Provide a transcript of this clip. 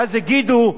ואז יגידו,